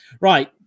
right